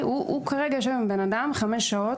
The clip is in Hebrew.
הוא יושב עם הבן-אדם חמש שעות,